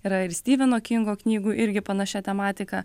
yra ir stiveno kingo knygų irgi panašia tematika